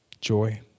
joy